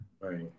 Right